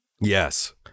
Yes